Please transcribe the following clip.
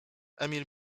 emil